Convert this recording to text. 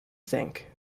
think